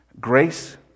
Grace